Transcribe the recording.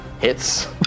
Hits